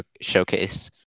showcase